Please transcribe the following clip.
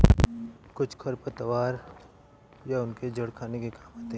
कुछ खरपतवार या उनके जड़ खाने के काम आते हैं